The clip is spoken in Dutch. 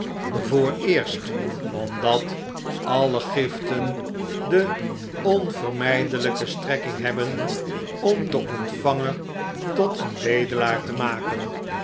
vooreerst omdat alle giften de onvermijdelijke strekking slechte tijden hebben om den ontvanger tot een bedelaar te maken